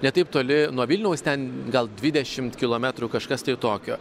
ne taip toli nuo vilniaus ten gal dvidešimt kilometrų kažkas tai tokio